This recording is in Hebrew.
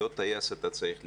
להיות טייס, אתה צריך ללמוד.